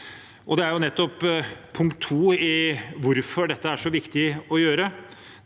i hvorfor dette er så viktig å gjøre: